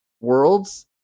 worlds